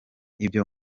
ibyo